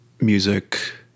music